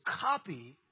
copy